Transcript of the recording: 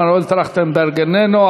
מנואל טרכטנברג, איננו.